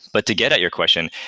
but to get at your question,